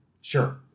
Sure